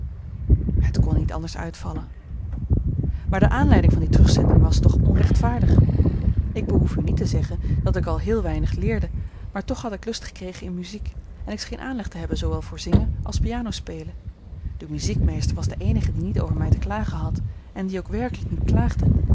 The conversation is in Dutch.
het kon niet anders uitvallen maar de aanleiding van die terugzending was toch onrechtvaardig ik behoef u niet te zeggen dat ik al heel weinig leerde maar toch had ik lust gekregen in muziek en ik scheen aanleg te hebben zoowel voor zingen als piano spelen de muziekmeester was de eenige die niet over mij te klagen had en die ook werkelijk niet klaagde